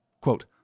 Quote